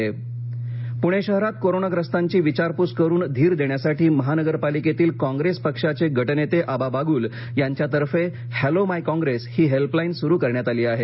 helpline Pune शहरात कोरोनाग्रस्तांची विचारपूस करून धीर देण्यासाठी महानगरपालिकेतील काँग्रेस पक्षाचे गटनेते आबा बागुल यांच्यातर्फे हॅलो माय काँप्रेस ही हेल्पलाईन सुरू करण्यात आली आहे